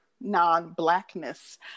non-blackness